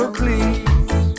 please